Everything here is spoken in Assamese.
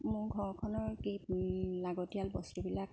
মোৰ ঘৰখনৰ কেই লাগতিয়াল বস্তুবিলাক